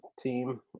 team